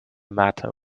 matter